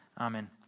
Amen